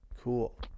cool